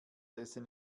essen